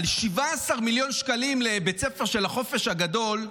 על 17 מיליון שקלים לבית הספר של החופש הגדול,